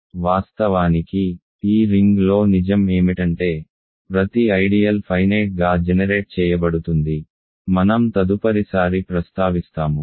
వాస్తవానికి ఈ రింగ్లో నిజం ఏమిటంటే ప్రతి ఐడియల్ ఫైనేట్ గా జెనెరేట్ చేయబడుతుంది మనం తదుపరిసారి ప్రస్తావిస్తాము